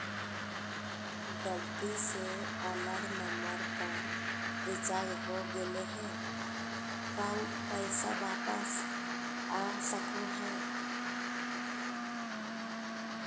गलती से अलग नंबर पर रिचार्ज हो गेलै है का ऊ पैसा वापस आ सको है?